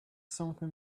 something